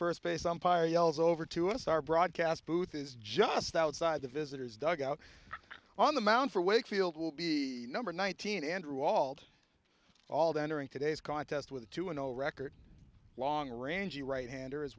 first base umpire yells over to us our broadcast booth is just outside the visitor's dugout on the mound for wakefield will be number nineteen andrew walter all the entering today's contest with two a no record long range a right hander as